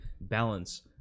balance